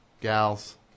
gals